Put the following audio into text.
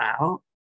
out